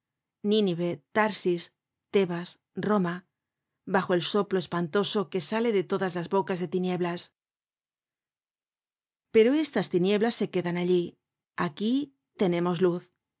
nínive tarsis tebas roma bajo el soplo espantoso que sale de todas las bocas de tinieblas pero estas tinieblas se quedan allí aquí tenemos luz